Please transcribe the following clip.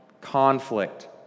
Conflict